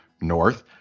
North